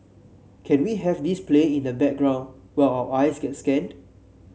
can we have this playing in the background while our eyes get scanned